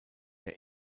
der